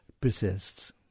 persists